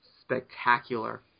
spectacular